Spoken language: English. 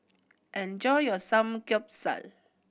enjoy your Samgyeopsal